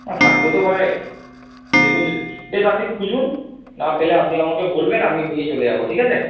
না থাকতেও তো পারে দেখুন যদি বেশ আপনি খুঁজুন না পেলে আপনি আমাকে বলবেন আমি নিয়ে চলে যাবো ঠিক আছে